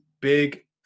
big